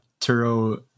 Turo